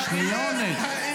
אנחנו נגיש את זה.